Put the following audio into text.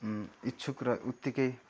इच्छुक र उत्तिकै